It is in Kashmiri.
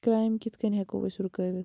کرٛایِم کِتھ کٔنۍ ہیٚکو أسۍ رُکٲیِتھ